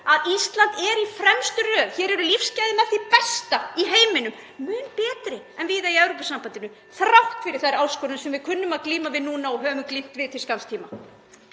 að Ísland er í fremstu röð. Hér eru lífsgæði með því besta (Forseti hringir.) í heiminum, mun betri en víða í Evrópusambandinu, þrátt fyrir þær áskoranir sem við kunnum að glíma við núna og höfum glímt við til skamms tíma.